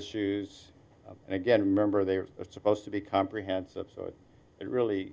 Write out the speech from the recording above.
shoes and again remember they are supposed to be comprehensive so it really